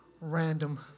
random